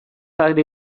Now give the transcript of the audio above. ari